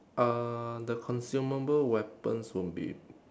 uh the consumable weapons will be